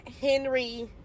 henry